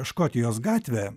škotijos jos gatvė